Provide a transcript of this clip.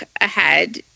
ahead